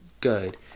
good